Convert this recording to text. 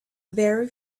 very